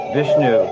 Vishnu